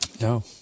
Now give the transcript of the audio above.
No